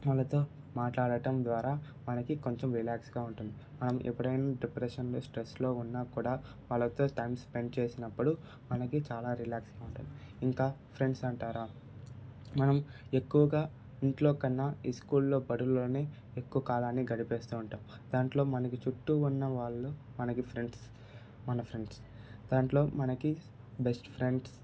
వాళ్లతో మాట్లాడటం ద్వారా మనకి కొంచెం రిలాక్స్గా ఉంటుంది మనం ఎప్పుడైనా డిప్రెషన్ స్ట్రెస్లో ఉన్నా కూడా వాళ్లతో టైమ్ స్పెండ్ చేసినప్పుడు మనకి చాలా రిలాక్స్గా ఉంటుంది ఇంకా ఫ్రెండ్స్ అంటారా మనం ఎక్కువగా ఇంట్లో కన్నా ఈ స్కూల్లో బడుల్లోనే ఎక్కువ కాలాన్ని గడిపేస్తూ ఉంటాం దాంట్లో మనకి చుట్టూ ఉన్నవాళ్లు మనకి ఫ్రెండ్స్ మన ఫ్రెండ్స్ దాంట్లో మనకి బెస్ట్ ఫ్రెండ్స్